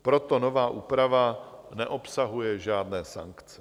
Proto nová úprava neobsahuje žádné sankce.